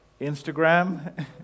Instagram